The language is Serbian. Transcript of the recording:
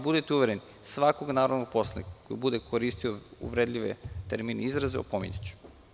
Budite uvereni, svakog narodnog poslanika koji bude koristio uvredljive termine i izraze, opominjaću.